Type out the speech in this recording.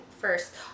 first